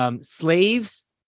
Slaves